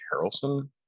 Harrelson